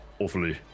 awfully